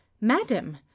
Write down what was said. Madam